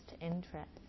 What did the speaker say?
interest